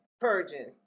purging